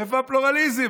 איפה הפלורליזם?